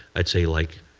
i'd say, like,